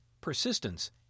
persistence